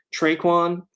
Traquan